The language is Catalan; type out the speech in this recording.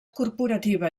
corporativa